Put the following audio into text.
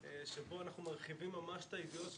שבה אנחנו מרחיבים ממש את הידיעות שלנו,